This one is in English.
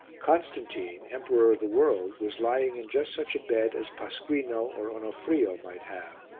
constantine, emperor of the world, was lying in just such a bed as pasquino or onofrio might have,